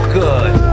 good